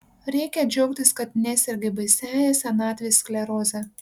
reikia džiaugtis kad nesergi baisiąja senatvės skleroze